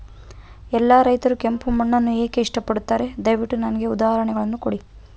ಎಲ್ಲಾ ರೈತರು ಕೆಂಪು ಮಣ್ಣನ್ನು ಏಕೆ ಇಷ್ಟಪಡುತ್ತಾರೆ ದಯವಿಟ್ಟು ನನಗೆ ಉದಾಹರಣೆಯನ್ನ ಕೊಡಿ?